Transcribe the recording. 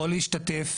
יכול להשתתף,